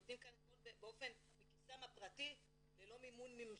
נותנים כאן הכול מכיסם הפרטי ללא מימון ממשלתי.